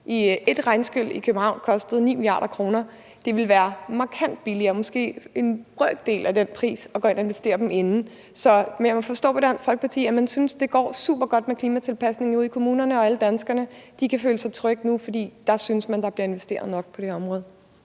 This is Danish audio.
Et regnskyl i København kostede 9 mia. kr. Det ville være markant billigere – måske en brøkdel af den pris – at gå ind og investere dem inden. Men jeg må forstå på Dansk Folkeparti, at man synes, det går supergodt med klimatilpasningen ude i kommunerne, og at alle danskerne kan føle sig trygge nu, fordi man synes, at der bliver investeret nok på det område.